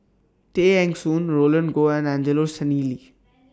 Tay Eng Soon Roland Goh and Angelo Sanelli